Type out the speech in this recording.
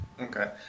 Okay